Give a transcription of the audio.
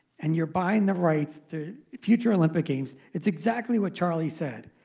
and you're buying the rights to future olympic games, it's exactly what charley said.